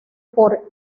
por